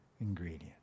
ingredient